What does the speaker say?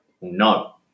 No